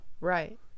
Right